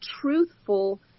truthful